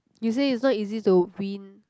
you say it's not easy to win